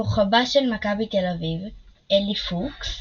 כוכבה של מכבי תל אביב, אלי פוקס,